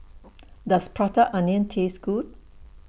Does Prata Onion Taste Good